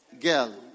girl